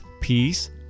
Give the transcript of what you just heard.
peace